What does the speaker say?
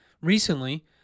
Recently